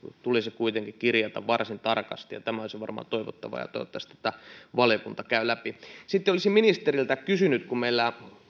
tulisi kuitenkin kirjata varsin tarkasti tämä olisi varmaan toivottavaa ja ja toivottavasti tätä valiokunta käy läpi sitten olisin ministeriltä kysynyt kun meillä